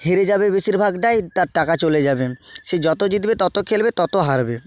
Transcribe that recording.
হেরে যাবে বেশিরভাগটাই তার টাকা চলে যাবে সে যত জিতবে তত খেলবে তত হারবে